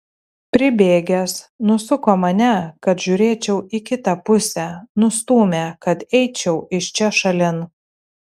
pribėgęs nusuko mane kad žiūrėčiau į kitą pusę nustūmė kad eičiau iš čia šalin